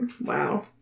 Wow